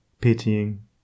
pitying